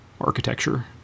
architecture